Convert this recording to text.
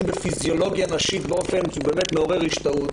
בפיזיולוגיה נשית באופן שבאמת מעורר השתאות,